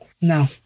No